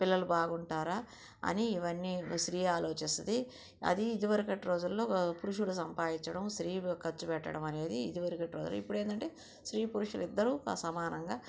పిల్లలు బాగుంటారా అని ఇవన్నీ స్త్రీ ఆలోచిస్తుంది అది ఇదివరకటి రోజుల్లో పురుషుడు సంపాదించడం స్త్రీ ఖర్చు పెట్టడం అనేది ఇది వరకటి రోజుల్లో ఇప్పుడేందంటే స్త్రీ పురుషులు ఇద్దరు కా సమానంగా